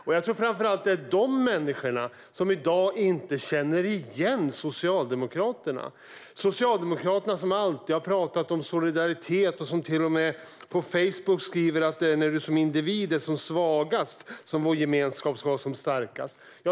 Jag tror att det framför allt är de människorna som i dag inte känner igen Socialdemokraterna - Socialdemokraterna som alltid har talat om solidaritet och som till och med skriver på Facebook att det är när du som individ är som svagast som vår gemenskap ska vara som starkast.